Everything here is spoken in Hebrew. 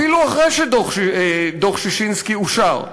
אפילו אחרי שדוח ששינסקי אושר,